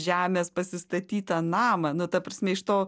žemės pasistatytą namą na ta prasme iš to